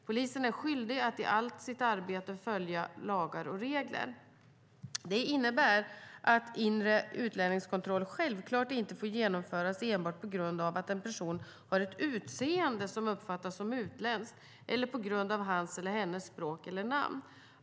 Polisen är skyldig att i allt sitt arbete följa lagar och regler. Det innebär att en inre utlänningskontroll självklart inte får genomföras enbart på grund av att en person har ett utseende som uppfattas som utländskt eller på grund av hans eller hennes språk eller namn.